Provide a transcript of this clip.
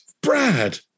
Brad